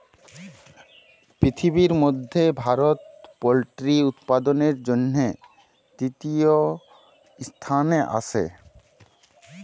পিরথিবির ম্যধে ভারত পোলটিরি উৎপাদনের জ্যনহে তীরতীয় ইসথানে আসে